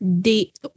date